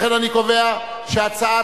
לכן אני קובע שהצעת